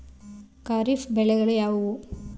ಖಾರಿಫ್ ಬೆಳೆಗಳು ಯಾವುವು?